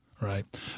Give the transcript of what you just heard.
Right